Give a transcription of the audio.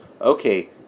okay